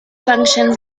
functions